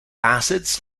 acids